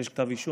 יש כתב אישום.